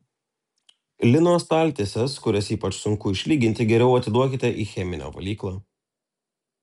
lino staltieses kurias ypač sunku išlyginti geriau atiduokite į cheminę valyklą